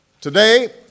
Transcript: today